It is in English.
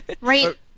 Right